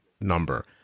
number